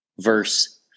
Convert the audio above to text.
verse